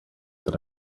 that